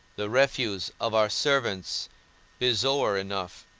the refuse of our servants bezoar enough,